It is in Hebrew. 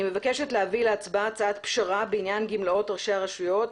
אני מבקשת להביא להצבעה הצעת פשרה בעניין גמלאות ראשי הרשויות,